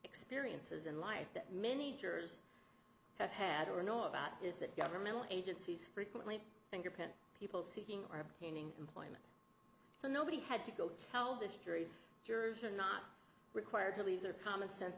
experiences in life that many jurors have had or know about is that governmental agencies frequently fingerprint people seeking or obtaining employment so nobody had to go tell this jury jurors are not required to leave their common sense